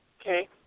Okay